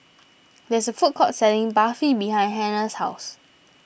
there is a food court selling Barfi behind Hannah's house